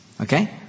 okay